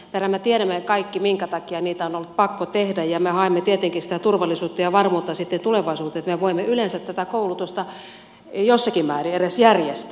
mehän tiedämme kaikki minkä takia niitä on ollut pakko tehdä ja me haemme tietenkin sitä turvallisuutta ja varmuutta sitten tulevaisuuteen että me voimme yleensä tätä koulutusta jossakin määrin edes järjestää